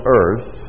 earth